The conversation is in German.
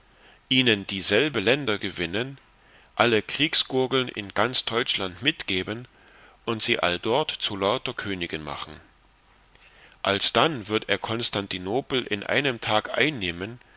ihnen dieselbe länder gewinnen alle kriegsgurgeln in ganz teutschland mitgeben und sie alldort zu lauter königen machen alsdann wird er konstantinopel in einem tag einnehmen